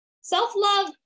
Self-love